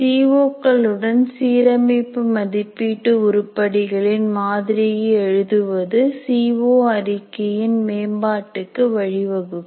CO களுடன் சீரமைப்பு மதிப்பீட்டு உருப்படிகளின் மாதிரியை எழுதுவது சிஓ அறிக்கையின் மேம்பாட்டுக்கு வழி வகுக்கும்